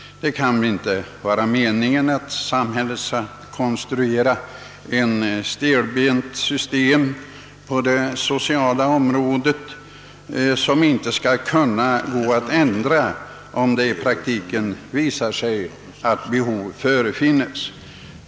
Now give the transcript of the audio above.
Det kan inte vara riktigt att samhället på det sociala området konstruerar ett stelbent system, som sedan inte kan ändras om det i praktiken visar sig nödvändigt att ändra det.